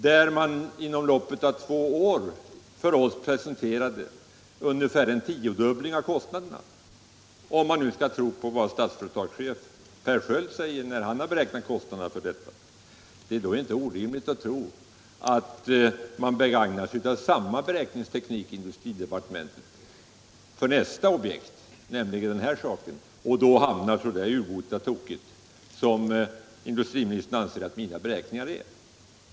Där har man inom loppet av två år för oss presenterat ungefär en tiodubbling av kostnaderna. Det är inte orimligt att tro att man begagnar sig av samma beräkningsteknik inom industridepartementet för nästa stora projekt, nämligen det nu aktuella, och då hamnar så urbota tokigt som industriministern anser att mina beräkningar har gjort.